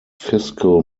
fiscal